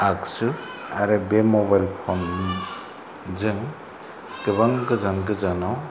आगजु आरो बे मबाइल फन जों गोबां गोजान गोजानआव